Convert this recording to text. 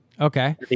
Okay